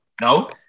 No